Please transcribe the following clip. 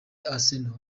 arsenal